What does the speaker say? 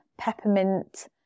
peppermint